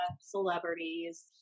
Celebrities